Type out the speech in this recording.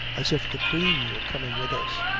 as if the queen were coming with us.